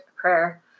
prayer